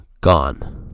gone